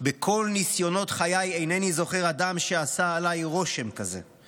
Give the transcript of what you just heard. מכל ניסיונות חיי אינני זוכר אדם ש'עשה עליי רושם'" כזה,